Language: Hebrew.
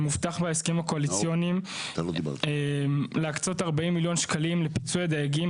הובטח בהסכמים הקואליציוניים להקצות 40 מיליון שקלים לפיצוי הדייגים.